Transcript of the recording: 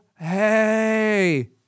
Hey